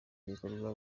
bikorwa